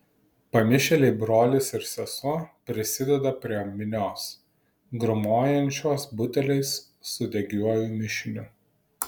pamišėliai brolis ir sesuo prisideda prie minios grūmojančios buteliais su degiuoju mišiniu